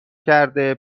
کرده